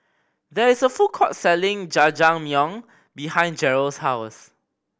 there is a food court selling Jajangmyeon behind Jerrell's house